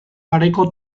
garaiko